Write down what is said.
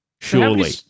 Surely